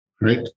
right